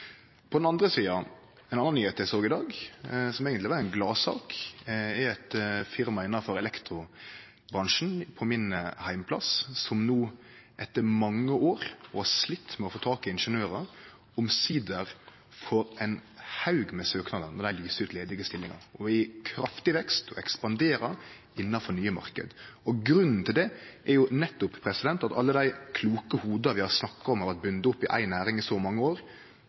på min heimplass, som no etter mange år – og dei har slite med å få tak i ingeniørar – omsider får ein haug med søknader når dei lyser ut ledige stillingar. Dei er i kraftig vekst og ekspanderer innanfor nye marknader. Grunnen til det er jo nettopp at alle dei kloke hovuda vi har snakka om, og som har vore bundne opp i ei næring i så mange år,